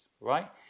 right